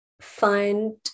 find